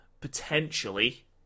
potentially